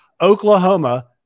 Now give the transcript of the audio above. Oklahoma